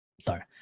sorry